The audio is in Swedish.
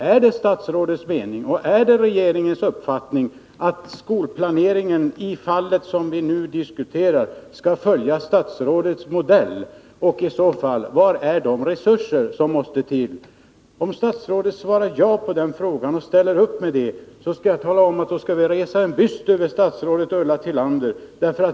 Är det statsrådets mening och är det regeringens uppfattning att skolplaneringen idet fall som vi nu diskuterar skall följa statsrådets modell? I så fall, var är de resurser som måste till? Om statsrådet svarar ja och ställer upp med resurserna, kan jag tala om, skall vi resa en byst över statsrådet Ulla Tillander.